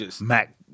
Mac